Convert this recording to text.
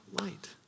light